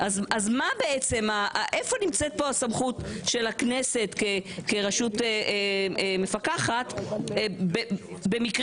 אז איפה נמצאת פה הסמכות של הכנסת כרשות מפקחת במקרים